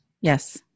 Yes